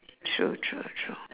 true true true